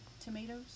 tomatoes